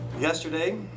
Yesterday